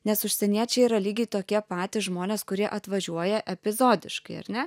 nes užsieniečiai yra lygiai tokie patys žmonės kurie atvažiuoja epizodiškai ar ne